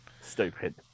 stupid